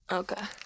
okay